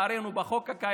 לצערנו אין הגדרה בחוק הקיים,